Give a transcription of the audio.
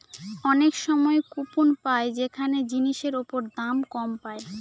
অনেক সময় কুপন পাই যেখানে জিনিসের ওপর দাম কম পায়